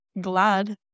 glad